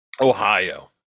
Ohio